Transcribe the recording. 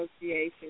Association